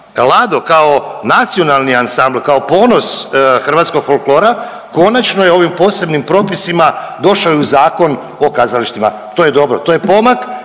Lado kao nacionali ansambl kao ponos hrvatskog folklora konačno je ovim posebnim propisima došao i u Zakon o kazalištima. To je dobro, to je pomak